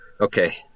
Okay